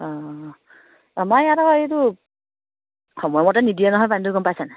অঁ আমাৰ ইয়াত আকৌ এইটো সময় মতে নিদিয়ে নহয় পানীটো গম পাইছে নাই